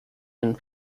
and